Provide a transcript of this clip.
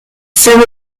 civil